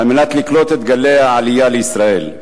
על מנת לקלוט את גלי העלייה לישראל.